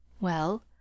Well